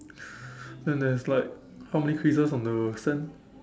then there's like how many creases on the sand